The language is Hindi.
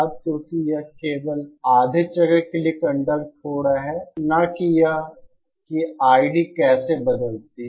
अब क्योंकि यह अब केवल आधे चक्र के लिए कंडक्ट हो रहा है न कि यह कि ID कैसे बदलती है